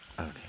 Okay